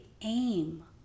aim